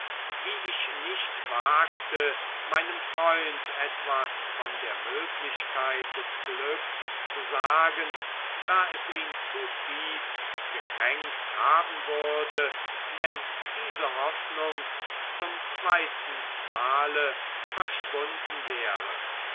wie ich nicht wagte meinem freund etwas von der möglichkeit des glücks zu sagen da es ihn zu tief gekränkt haben würde wenn diese hoffnung zum zweiten male verschwunden wäre